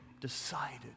decided